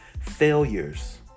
failures